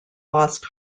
lost